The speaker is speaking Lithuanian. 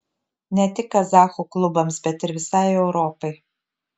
ne tik kazachų klubams bet ir visai europai